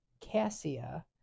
cassia